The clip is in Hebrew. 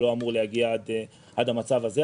זה לא אמור להגיע עד המצב הזה.